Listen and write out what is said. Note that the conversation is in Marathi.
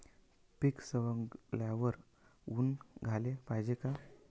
पीक सवंगल्यावर ऊन द्याले पायजे का?